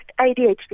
ADHD